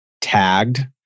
tagged